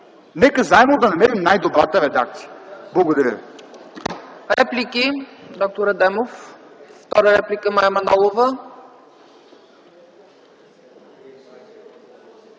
Нека заедно да намерим най-добрата редакция! Благодаря Ви.